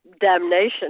damnation